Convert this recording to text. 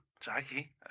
Jackie